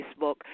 Facebook